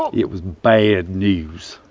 it was bad news,